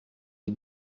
est